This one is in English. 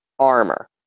armor